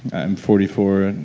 i'm forty four. and